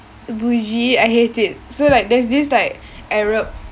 bougie I hate it so like there's this like arab